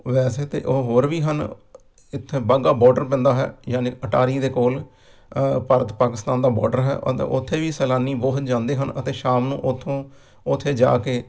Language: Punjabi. ਵੈਸੇ ਤਾਂ ਉਹ ਹੋਰ ਵੀ ਹਨ ਇੱਥੇ ਵਾਹਗਾ ਬੋਡਰ ਪੈਂਦਾ ਹੈ ਯਾਨੀ ਅਟਾਰੀ ਦੇ ਕੋਲ ਭਾਰਤ ਪਾਕਿਸਤਾਨ ਦਾ ਬੋਡਰ ਹੈ ਉੱਥੇ ਵੀ ਸੈਲਾਨੀ ਬਹੁਤ ਜਾਂਦੇ ਹਨ ਅਤੇ ਸ਼ਾਮ ਨੂੰ ਉਥੋਂ ਉੱਥੇ ਜਾ ਕੇ